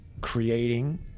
creating